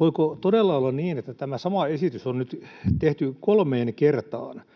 voiko todella olla niin, että tämä sama esitys on nyt tehty kolmeen kertaan